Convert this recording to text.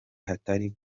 hatari